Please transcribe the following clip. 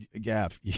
Gav